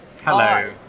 Hello